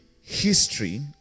history